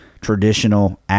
traditional